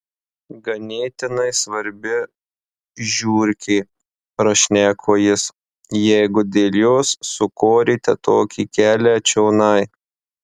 ganėtinai svarbi žiurkė prašneko jis jeigu dėl jos sukorėte tokį kelią čionai